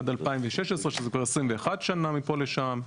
עד 2016 שזה כבר 21 שנה מפה לשם.